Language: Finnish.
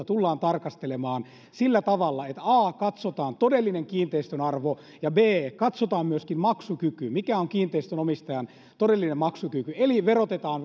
tullaan tarkastelemaan sillä tavalla että a katsotaan todellinen kiinteistön arvo ja b katsotaan myöskin mikä on kiinteistönomistajan todellinen maksukyky eli verotetaan